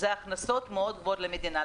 זה הכנסות מאוד גבוהות למדינה.